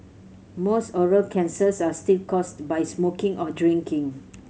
most oral cancers are still caused by smoking or drinking